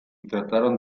trataron